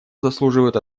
заслуживают